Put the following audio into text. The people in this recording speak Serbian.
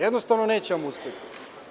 Jednostavno, neće vam uspeti.